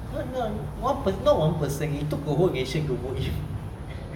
not not not one person it took a whole nation to vote him